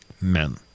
men